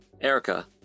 Erica